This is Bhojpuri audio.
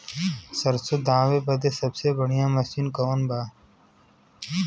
सरसों दावे बदे सबसे बढ़ियां मसिन कवन बा?